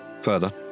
further